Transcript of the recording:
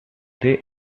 they